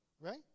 right